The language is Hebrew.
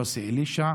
יוסי אלישע,